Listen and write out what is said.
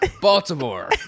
Baltimore